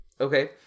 Okay